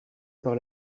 par